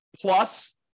plus